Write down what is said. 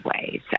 ways